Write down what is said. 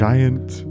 Giant